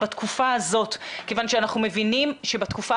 בתקופה הזאת כיוון שאנחנו מבינים שבתקופה